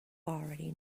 already